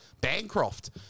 Bancroft